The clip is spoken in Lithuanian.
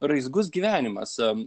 raizgus gyvenimas